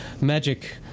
magic